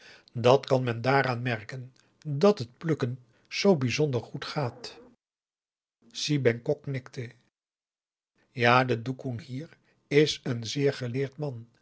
dat kan men dàaraan merken dat het plukken zoo bijzonder goed gaat si bengkok knikte ja de doekoen hier is een zeer geleerd man